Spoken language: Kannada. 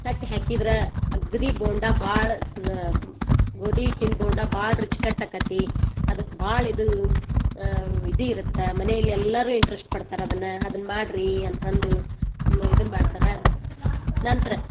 ತಟ್ಟಿ ಹಾಕಿದ್ರೆ ಅಗ್ದಿ ಬೋಂಡ ಭಾಳ ಸ ಗೋದಿ ಹಿಟ್ಟಿನ ಬೋಂಡ ಭಾಳ ರುಚಿಕಟ್ಟಾಕತಿ ಅದಕ್ಕೆ ಭಾಳ ಇದು ಇದಿರುತ್ತ ಮನೆಯಲ್ಲಿ ಎಲ್ಲರು ಇಂಟ್ರಶ್ಟ್ ಪಡ್ತಾರೆ ಅದನ್ನ ಅದನ್ನ ಮಾಡ್ರಿ ಅಂತಂದು ಇದನ್ನ ಮಾಡ್ತಾರೆ ನಂತರ